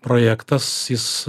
projektas jis